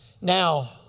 Now